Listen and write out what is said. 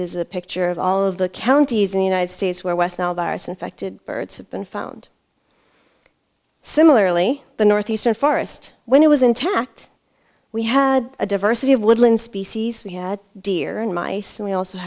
is a picture of all of the counties in the united states where west nile virus infected birds have been found similarly the northeastern forest when it was intact we had a diversity of woodland species we had deer and mice and we also